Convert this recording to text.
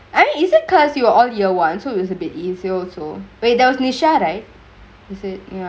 I mean is it cause you were all year one so is a bit easier to widows me shadow is it